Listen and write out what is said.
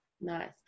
Nice